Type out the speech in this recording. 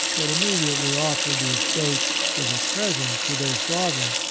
but immediately offered the estate as a present to their sovereign.